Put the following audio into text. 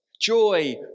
Joy